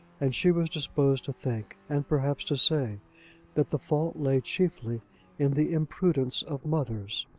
and she was disposed to think and perhaps to say that the fault lay chiefly in the imprudence of mothers.